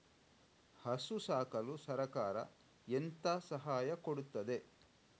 ಹಸು ಸಾಕಲು ಸರಕಾರ ಎಂತ ಸಹಾಯ ಕೊಡುತ್ತದೆ?